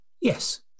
Yes